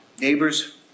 Neighbors